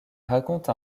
raconte